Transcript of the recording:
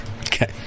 okay